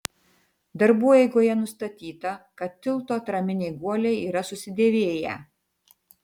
darbų eigoje nustatyta kad tilto atraminiai guoliai yra susidėvėję